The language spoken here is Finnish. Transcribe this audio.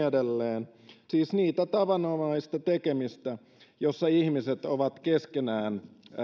edelleen siis sitä tavanomaista tekemistä jossa ihmiset ovat keskenään